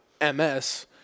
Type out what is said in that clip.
MS